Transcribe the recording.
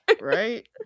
right